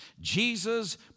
Jesus